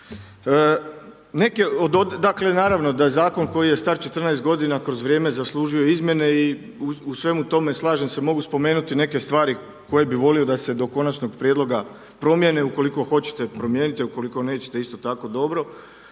dakle naravno da zakon koji je star 14 godina kroz vrijeme zaslužuje izmjene i u svemu tome slažem se, mogu spomenuti neke stvari koje bih volio da se do konačnog prijedloga promjene, ukoliko hoćete promijenite, ukoliko nećete isto tako dobro.